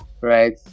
right